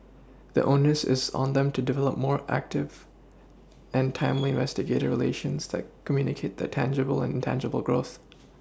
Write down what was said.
the onus is on them to develop more active and timely investor relations that communicate their tangible and intangible growth